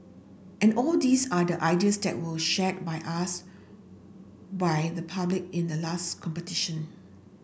and all these are the ideas that were shared by us by the public in the last competition